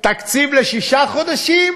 תקציב לשישה חודשים?